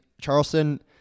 Charleston